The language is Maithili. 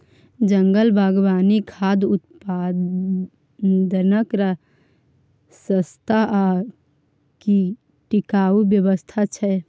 जंगल बागवानी खाद्य उत्पादनक सस्ता आ टिकाऊ व्यवस्था छै